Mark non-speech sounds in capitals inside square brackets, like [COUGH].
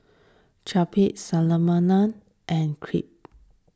Japchae [UNINTELLIGIBLE] and Crepe